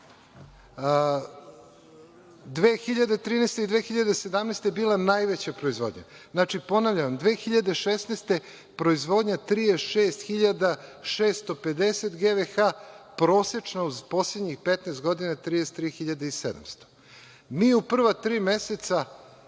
2013. i 2017. je bila najveća proizvodnja. Znači, ponavljam 2016. proizvodnja 36.650 GVH, prosečnost poslednjih 15 godina je 33.700. Mi u prva tri meseca